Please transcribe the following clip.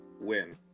win